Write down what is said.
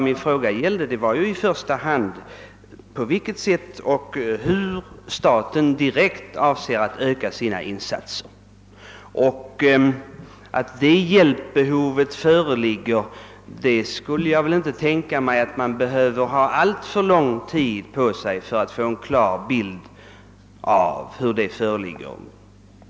Men min fråga gällde i första hand hur staten direkt avser att öka sina insatser. Och jag kan inte tänka mig att det skall behövas alltför lång tid för att få en klar bild av vilket hjälpbehov som föreligger.